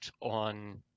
on